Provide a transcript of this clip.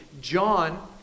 John